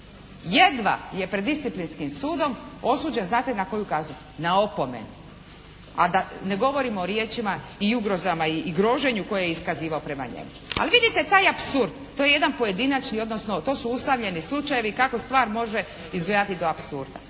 jedna je pred disciplinskim sudom osuđen znate na koju kaznu, na opomenu. A da ne govorim o riječima i ugrozama i groženju koje je iskazivao prema njemu. Ali vidite, taj apsurd to je jedan pojedinačni odnosno to su usamljeni slučajevi kako stvar može izgledati do apsurda.